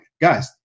Guys